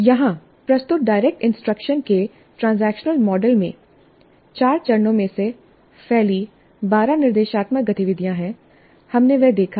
यहाँ प्रस्तुत direct instruction के ट्रांजैक्शन मॉडल में ४ चरणों में फैली १२ निर्देशात्मक गतिविधियाँ हैं हमने वह देखा है